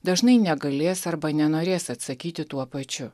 dažnai negalės arba nenorės atsakyti tuo pačiu